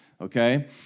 okay